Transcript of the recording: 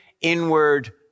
inward